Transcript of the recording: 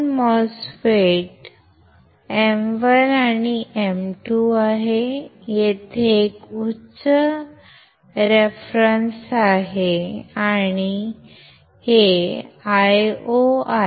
2 MOSFETs M1 आणि M2 आहेत येथे एक उच्च संदर्भ आहे आणि हे Io आहे